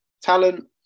talent